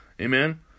Amen